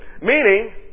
Meaning